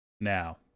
Now